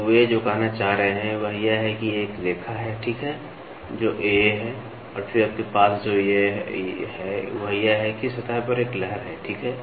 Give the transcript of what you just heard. तो वे जो कहना चाह रहे हैं वह यह है कि एक रेखा है ठीक है जो AA है और फिर आपके पास जो है वह यह है कि सतह पर एक लहर है ठीक है